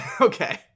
okay